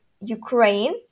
ukraine